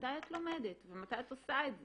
מתי את לומדת ומתי את עושה את זה?